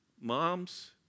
moms